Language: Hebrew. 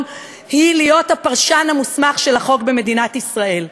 היא להיות הפרשן המוסמך של החוק במדינת ישראל.